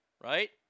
right